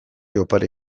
opari